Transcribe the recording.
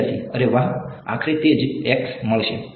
વિદ્યાર્થી અરે વાહ આખરે તે જ x મળશે